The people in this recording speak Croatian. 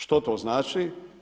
Što to znači?